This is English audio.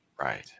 Right